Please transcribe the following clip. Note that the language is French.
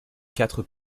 quatre